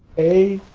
a